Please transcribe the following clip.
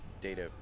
data